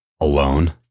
alone